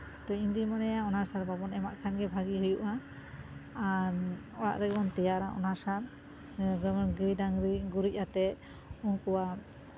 ᱤᱧ ᱫᱩᱧ ᱢᱚᱱᱮᱭᱟ ᱚᱱᱟ ᱥᱟᱨ ᱵᱟᱵᱚᱱ ᱮᱢᱟᱜ ᱠᱷᱟᱱᱜᱮ ᱵᱷᱟᱹᱜᱤ ᱦᱩᱭᱩᱜᱼᱟ ᱟᱨ ᱚᱲᱟᱜ ᱨᱮᱜᱮᱵᱚᱱ ᱛᱮᱭᱟᱨᱟ ᱚᱱᱟ ᱥᱟᱨ ᱜᱟᱹᱭ ᱰᱟᱝᱨᱤ ᱜᱩᱨᱤᱡ ᱟᱛᱮᱫ ᱩᱱᱠᱩᱣᱟᱜ